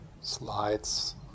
Slides